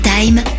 Time